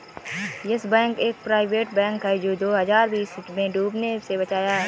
yes bank एक private bank है जो दो हज़ार बीस में डूबने से बचाया गया